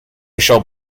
shall